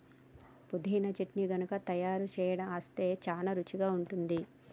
పుదీనా చట్నీ గనుక తయారు సేయడం అస్తే సానా రుచిగా ఉంటుంది